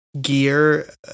gear